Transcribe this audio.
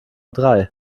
drei